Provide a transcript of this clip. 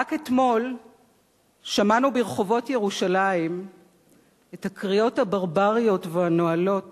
רק אתמול שמענו ברחובות ירושלים את הקריאות הברבריות והנואלות